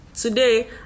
Today